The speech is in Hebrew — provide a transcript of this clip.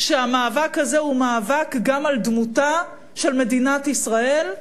שהמאבק הזה הוא מאבק גם על דמותה של מדינת ישראל,